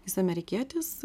jis amerikietis